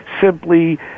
simply